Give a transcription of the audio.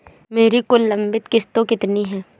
मेरी कुल लंबित किश्तों कितनी हैं?